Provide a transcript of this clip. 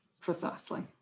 Precisely